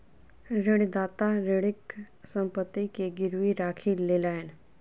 ऋणदाता ऋणीक संपत्ति के गीरवी राखी लेलैन